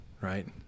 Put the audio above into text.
right